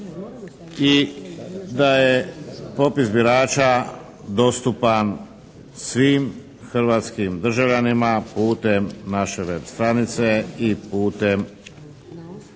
i da je popis birača svim hrvatskim državljanima putem naše web stranice i putem